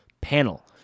panel